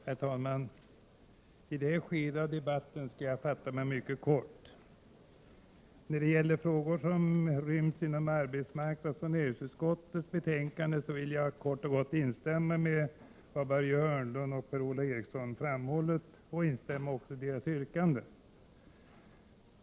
Herr talman! I det här skedet av debatten skall jag fatta mig mycket kort. När det gäller de frågor som ryms inom arbetsmarknadsutskottets och näringsutskottets betänkanden vill jag kort och gott instämma i vad Börje Hörnlund och Per-Ola Eriksson framhöll. Jag vill även instämma i deras yrkanden.